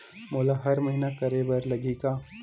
मोला हर महीना करे बर लगही का?